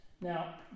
Now